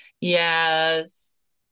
Yes